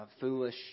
foolish